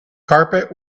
carpet